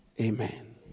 Amen